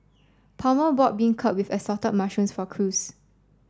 Palmer bought beancurd with assorted mushrooms for Cruz